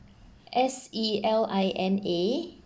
S E L I N A